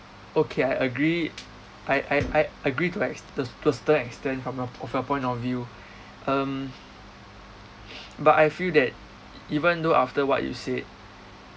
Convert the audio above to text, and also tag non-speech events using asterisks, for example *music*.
okay I agree I I *noise* I agree to ex~ to to a certain extent from your of your point of view um but I feel that even though after what you said